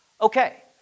Okay